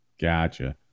Gotcha